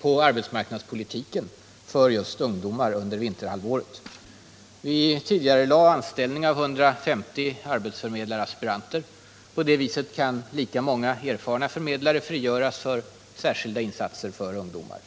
på arbetsmarknadspolitikens område för just ungdomar under vinterhalvåret. Vi tidigarelade anställning av 150 arbetsförmedlaraspiranter. På det viset kan många erfarna förmedlare frigöras för särskilda insatser för ungdomar.